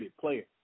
player